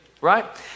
right